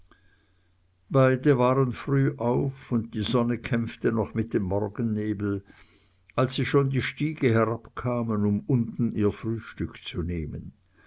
beide waren früh auf und die sonne kämpfte noch mit dem morgennebel als sie schon die stiege herabkamen um unten ihr frühstück zu nehmen